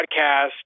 podcast